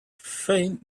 faint